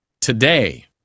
today